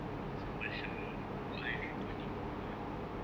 so must uh buat hydroponic gitu lah